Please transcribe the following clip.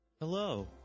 Hello